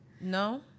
No